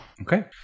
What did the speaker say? Okay